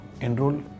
enroll